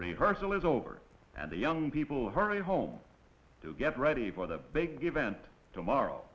rehearsal is over and the young people hurry home to get ready for the big event tomorrow